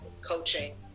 coaching